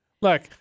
Look